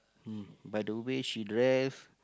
mm by the way she dress